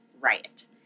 Riot